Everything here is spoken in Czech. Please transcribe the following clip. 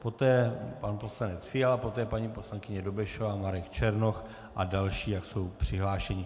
Poté pan poslanec Fiala, poté paní poslankyně Dobešová, Marek Černoch a další, jak jsou přihlášeni.